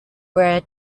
were